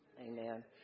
Amen